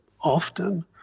often